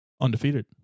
Undefeated